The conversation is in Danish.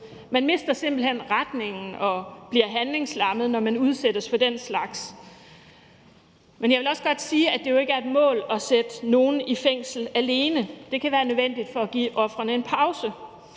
Man mister simpelt hen retningen og bliver handlingslammet, når man udsættes for den slags. Men jeg vil også godt sige, at det jo ikke er et mål alene at sætte nogen i fængsel. Det kan være nødvendigt for at give ofrene en pause.